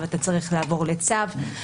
אתה צריך לעבור לצו?